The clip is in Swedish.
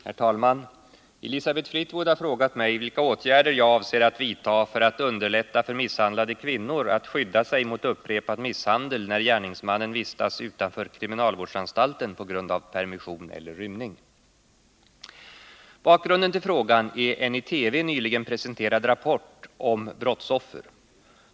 Herr talman! Elisabeth Fleetwood har frågat mig vilka åtgärder jag avser att vidta för att underlätta för misshandlade kvinnor att skydda sig mot upprepad misshandel när gärningsmannen vistas utanför kriminalvårdsanstalten på grund av permission eller rymning. Bakgrunden till frågan är en i TV nyligen presenterad rapport om brottsoffer.